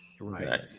right